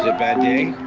ah bad day?